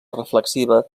reflexiva